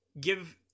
give